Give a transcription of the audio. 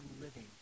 living